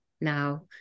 Now